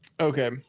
okay